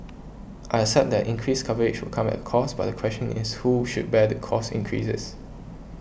I accept that increased coverage will come at cost but the question is who should bear the cost increases